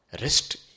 rest